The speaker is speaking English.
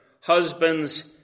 husband's